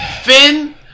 Finn